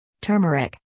Turmeric